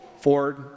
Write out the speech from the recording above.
Ford